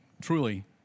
truly